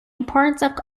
importance